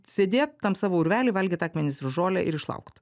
sėdėt tam savo urvely valgyt akmenis ir žolę ir išlaukt